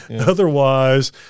Otherwise